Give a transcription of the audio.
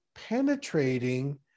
penetrating